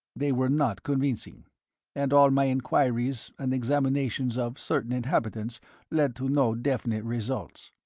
they were not convincing and all my enquiries and examinations of certain inhabitants led to no definite results.